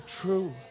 true